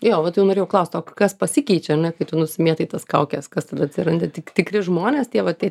jo vat jau norėjau klaust o kas pasikeičia ar ne kai tu nusimėtai tas kaukes kas tada atsiranda tik tikri žmonės tie va tie